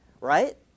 right